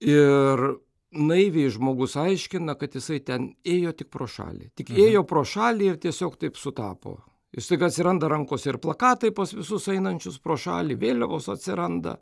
ir naiviai žmogus aiškina kad jisai ten ėjo tik pro šalį tik ėjo pro šalį ir tiesiog taip sutapo ir staiga atsiranda rankos ir plakatai pas visus einančius pro šalį vėliavos atsiranda